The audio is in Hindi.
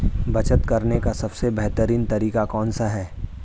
बचत करने का सबसे बेहतरीन तरीका कौन सा है?